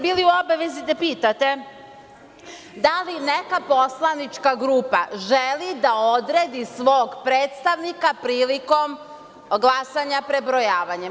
Bili ste u obavezi da pitate da li neka poslanička grupa želi da odredi svog predstavnika prilikom glasanja prebrojavanjem.